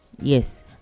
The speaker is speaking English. Yes